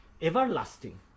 everlasting